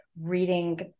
reading